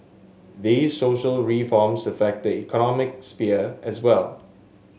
these social reforms affect the economic sphere as well